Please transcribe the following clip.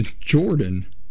Jordan